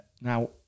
now